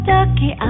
Ducky